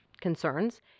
concerns